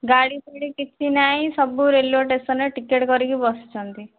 ଗାଡ଼ିଫାଡ଼ି କିଛି ନାହିଁ ସବୁ ରେଲ୍ୱେ ଷ୍ଟେସନ୍ ରେ ଟିକେଟ୍ କରିକି ବସିଛନ୍ତି